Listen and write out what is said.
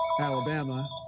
Alabama